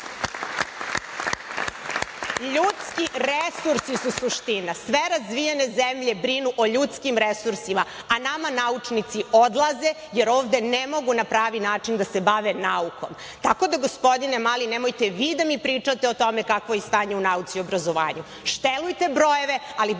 Ljudski resursi su suština. Sve razvijene zemlje brinu o ljudskim resursima, a nama naučnici odlaze, jer ovde ne mogu na pravi način da se bave naukom. Tako da, gospodine Mali, nemojte vi da mi pričate o tome kakvo je stanje u nauci i u obrazovanju. Štelujte brojeve, ali budite